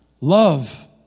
Love